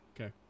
Okay